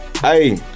Hey